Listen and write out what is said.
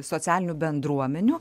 socialinių bendruomenių